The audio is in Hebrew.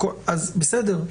בסדר.